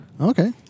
Okay